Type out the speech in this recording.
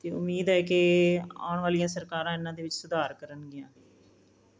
ਅਤੇ ਉਮੀਦ ਹੈ ਕਿ ਆਉਣ ਵਾਲੀਆਂ ਸਰਕਾਰਾਂ ਇਹਨਾਂ ਦੇ ਵਿੱਚ ਸੁਧਾਰ ਕਰਨਗੀਆਂ